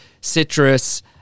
citrus